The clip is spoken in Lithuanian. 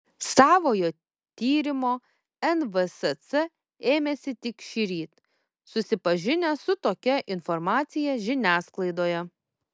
savojo tyrimo nvsc ėmėsi tik šįryt susipažinę su tokia informacija žiniasklaidoje